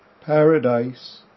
Paradise